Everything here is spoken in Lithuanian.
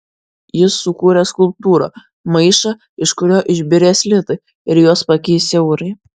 jis sukūrė skulptūrą maišą iš kurio išbyrės litai ir juos pakeis eurai